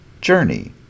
journey